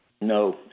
No